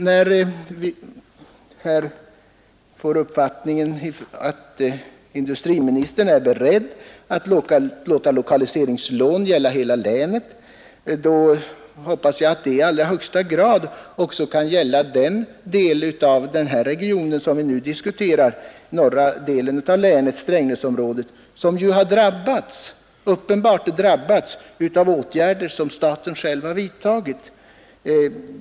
När industriministern uttalar att han är beredd att ge företag i hela länet möjligheter till lokaliseringslån, hoppas jag att detta i allra högsta grad kan gälla den norra delen av Södermanlands län, Strängnäsområdet, som uppenbarligen drabbats av åtgärder som staten själv vidtagit.